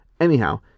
Anyhow